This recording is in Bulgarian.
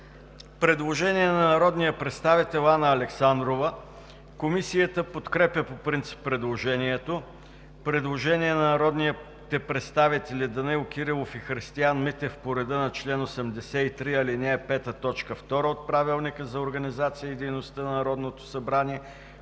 Предложение на народния представител Анна Александрова. Комисията подкрепя по принцип предложението. Предложение на народните представители Данаил Кирилов и Христиан Митев по реда на чл. 83, ал. 5, т. 2 от Правилника за организацията и дейността на Народното събрание.